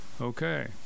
Okay